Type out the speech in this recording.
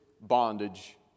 bondage